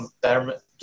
permanent